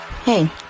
Hey